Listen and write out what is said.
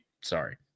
sorry